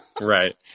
right